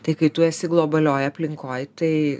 tai kai tu esi globalioj aplinkoj tai